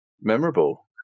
memorable